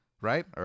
right